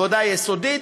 עבודה יסודית,